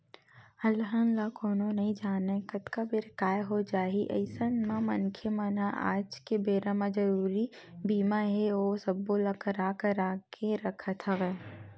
अलहन ल कोनो नइ जानय कतका बेर काय हो जाही अइसन म मनखे मन ह आज के बेरा म जरुरी बीमा हे ओ सब्बो ल करा करा के रखत हवय